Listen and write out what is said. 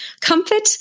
comfort